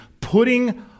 Putting